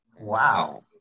Wow